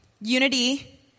unity